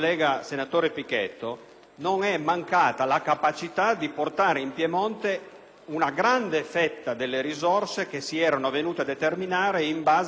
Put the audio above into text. una grande fetta delle risorse che si erano venute a determinare in base a questo provvedimento specifico. Purtroppo, negli ultimi anni la Regione Piemonte ha dormito